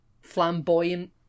flamboyant